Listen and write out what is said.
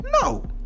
No